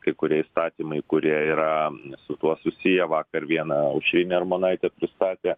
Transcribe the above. kai kurie įstatymai kurie yra su tuo susiję vakar viena aušrinė armonaitė pristatė